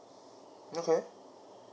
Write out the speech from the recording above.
okay